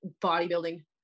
bodybuilding